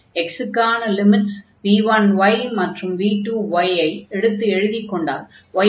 x க்கான limits v1y மற்றும் v2y ஐ எடுத்து எழுதிக் கொண்டால் y